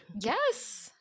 yes